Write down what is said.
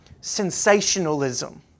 sensationalism